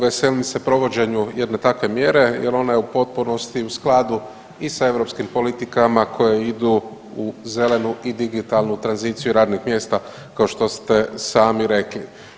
Veselim se provođenju jedne takve mjere jel ona je u potpunosti u skladu i sa europskim politikama koje idu u zelenu i digitalnu tranziciju radnih mjesta kao što ste sami rekli.